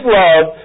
love